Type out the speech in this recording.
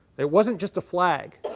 it wasn't just a flag.